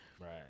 right